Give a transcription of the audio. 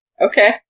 Okay